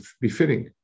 befitting